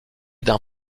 d’un